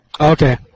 Okay